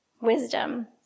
wisdom